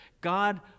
God